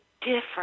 different